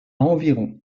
environ